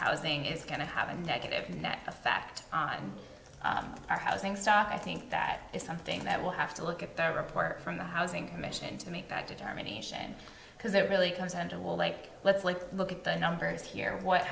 housing is going to have a negative net effect on our housing stock i think that is something that we'll have to look at the report from the housing commission to make that determination because it really comes down to well like let's look at the numbers here wh